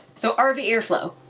so, ah rv airflow,